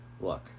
look